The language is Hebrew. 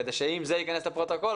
כדי שאם זה ייכנס לפרוטוקול,